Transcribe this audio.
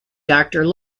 doctor